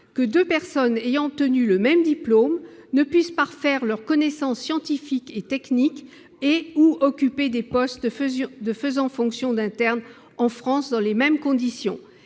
que deux personnes ayant obtenu le même diplôme ne puissent parfaire leurs connaissances scientifiques et techniques, ou encore occuper des postes de faisant fonction d'interne, en France, dans les mêmes conditions.